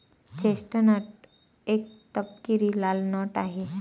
chestnut एक तपकिरी लाल नट आहे